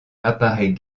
apparaît